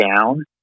down